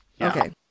Okay